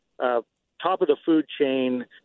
top-of-the-food-chain